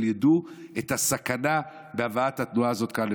ידעו את הסכנה בהבאת התנועה הזאת לכאן,